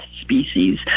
species